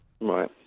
Right